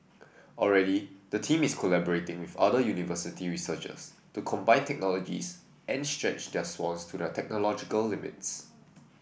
already the team is collaborating with other university researchers to combine technologies and stretch the swans to their technological limits